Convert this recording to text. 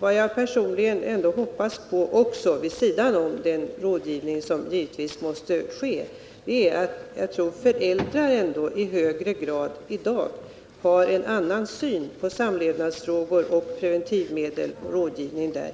Vad jag personligen hoppas på, vid sidan av den rådgivning som givetvis måste ske, är att föräldrar i hög grad har en annan syn på samlevnadsfrågor och preventivmedelsrådgivning än tidigare.